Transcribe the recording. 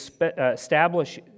Establish